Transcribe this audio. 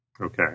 Okay